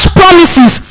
promises